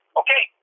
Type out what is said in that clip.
okay